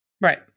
right